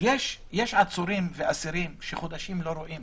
יש עצורים ואסירים שחודשים לא רואים